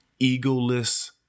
egoless